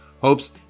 hopes